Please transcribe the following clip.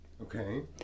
Okay